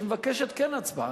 שהיא כן מבקשת הצבעה.